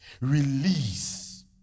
release